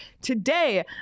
today